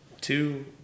Two